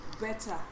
better